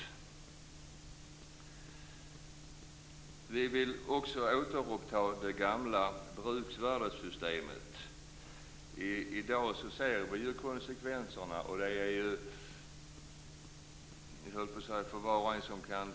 Vi vill också att det gamla bruksvärdessystemet återinförs. Vi kan i dag se konsekvenserna av det nya systemet.